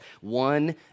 one